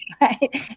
right